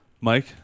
Mike